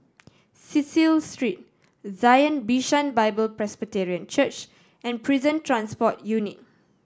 Cecil Street Zion Bishan Bible Presbyterian Church and Prison Transport Unit